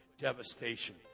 devastation